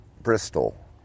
Bristol